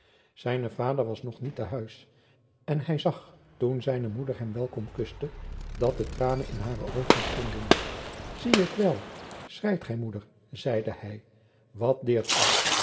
zijne vader was nog niet te huis en hij zag toen zijne moeder hem welkom kuste dat tranen in hare oogen stonden zie ik wel schreit gij moeder zeide hij wat deert u